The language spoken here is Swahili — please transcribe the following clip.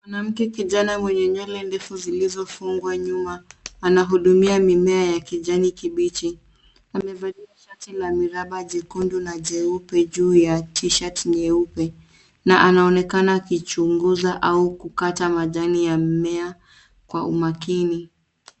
Mwanamke kijana mwenye nywele ndefu zilizofungwa nyuma anahudumia mimea ya kijani kibichi. Amevalia shati la miraba jekundu na jeupe juu ya t-shirt nyeupe na anaonekana akichunguza au kukata majani ya mmea kwa umakini.